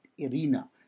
arena